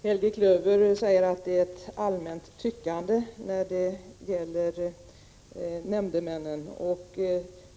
Herr talman! Helge Klöver säger att det förekommer ett allmänt tyckande när det gäller nämndemännen.